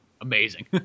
amazing